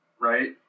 right